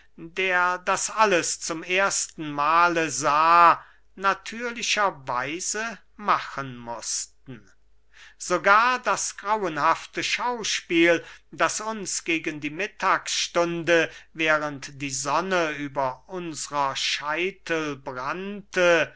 der das alles zum ersten mahle sah natürlicher weise machen mußten sogar das grausenhafte schauspiel das uns gegen die mittagsstunde während die sonne über unsrer scheitel brannte